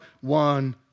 one